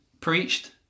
preached